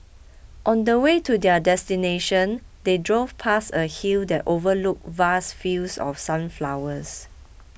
on the way to their destination they drove past a hill that overlooked vast fields of sunflowers